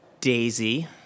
Daisy